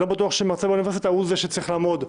אני לא בטוח שמרצה באוניברסיטה הוא זה שצריך לעמוד בזה,